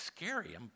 scary